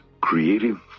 creative